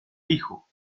hijo